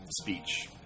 speech